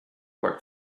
work